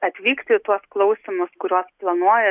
atvykti į tuos klausymus kuriuos planuoja